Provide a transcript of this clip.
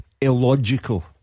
illogical